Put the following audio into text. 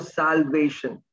salvation